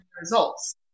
results